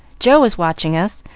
joe is watching us,